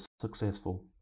successful